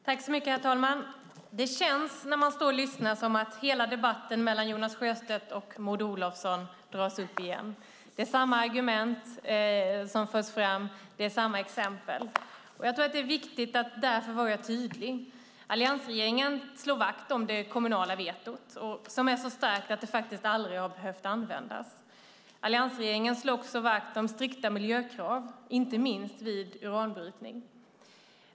Herr talman! Det känns när man står och lyssnar som att hela debatten mellan Jonas Sjöstedt och Maud Olofsson dras upp igen. Det är samma argument som förs fram och samma exempel. Jag tror därför att det är viktigt att vara tydlig. Alliansregeringen slår vakt om det kommunala vetot, som är så starkt att det faktiskt aldrig har behövt användas. Alliansregeringen slår också vakt om strikta miljökrav, inte minst vid uranbrytning.